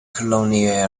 colonial